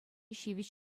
ҫивӗч